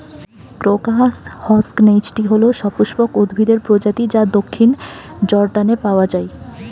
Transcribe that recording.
crocus হসকনেইচটি হল সপুষ্পক উদ্ভিদের প্রজাতি যা দক্ষিণ জর্ডানে পাওয়া য়ায়